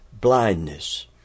Blindness